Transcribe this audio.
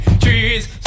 Trees